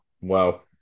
Wow